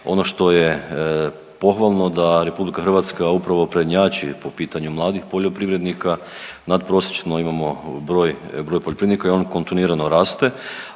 Ono što je pohvalno da Republika Hrvatska upravo prednjači po pitanju mladih poljoprivrednika. Nadprosječno imamo broj poljoprivrednika i on kontinuirano raste,